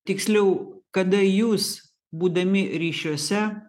tiksliau kada jūs būdami ryšiuose